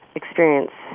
experience